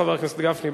חבר הכנסת גפני?